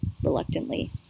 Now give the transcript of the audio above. reluctantly